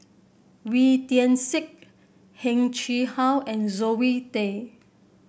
Wee Tian Siak Heng Chee How and Zoe Tay